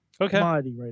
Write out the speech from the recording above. Okay